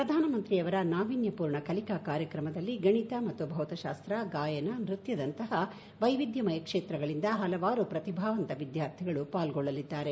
ಪ್ರಧಾನಮಂತ್ರಿಯವರ ನಾವೀನ್ಯ ಪೂರ್ಣ ಕಲಿಕಾ ಕಾರ್ಯಕ್ರಮದಲ್ಲಿ ಗಣಿತ ಮತ್ತು ಭೌತಶಾಸ್ತ್ರ ಗಾಯನ ನೃತ್ಯದಂತಹ ವೈವಿಧ್ಯಮಯ ಕ್ಷೇತ್ರಗಳಿಂದ ಹಲವಾರು ಪ್ರತಿಭಾವಂತ ವಿದ್ಯಾರ್ಥಿಗಳು ಪಾಲ್ಗೊಳ್ಳಲಿದ್ದಾರೆ